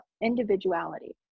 individuality